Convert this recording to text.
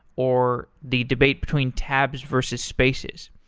or the debate between tabs versus spaces.